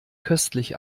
köstlich